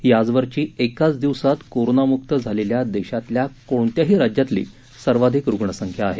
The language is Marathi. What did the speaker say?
ही आजवरची एकाच दिवसात करोनामुक्त झालेल्या देशातल्या कोणत्याही राज्यातली सर्वाधिक रुग्णसंख्या आहे